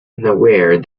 unaware